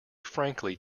frankly